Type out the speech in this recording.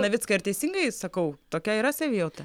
navickai ar teisingai sakau tokia yra savijauta